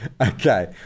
Okay